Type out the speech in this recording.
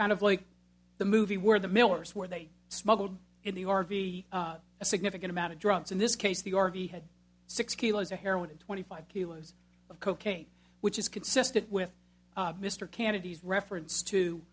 kind of like the movie where the millers where they smuggled in the r v a significant amount of drugs in this case the r v had six kilos of heroin and twenty five kilos of cocaine which is consistent with mr canada's reference to